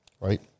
right